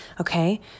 okay